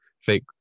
fake